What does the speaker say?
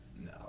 No